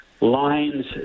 lines